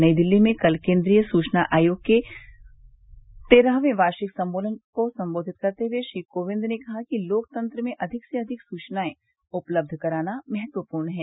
नई दिल्ली में कल केन्द्रीय सूचना आयोग के तेरहवर्वे वार्षिक सम्मेलन को सम्बोधित करते हुए श्री कोविंद ने कहा कि लोकतंत्र में अधिक से अधिक सुवनाएं उपलब्ध कराना महत्वपूर्ण है